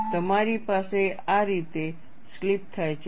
તમારી પાસે આ રીતે સ્લિપ થાય છે